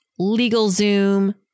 LegalZoom